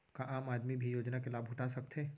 का आम आदमी भी योजना के लाभ उठा सकथे?